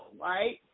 right